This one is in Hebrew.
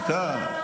אין כסף,